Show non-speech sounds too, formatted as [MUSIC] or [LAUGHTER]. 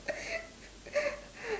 [LAUGHS]